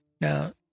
now